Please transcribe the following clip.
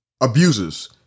abusers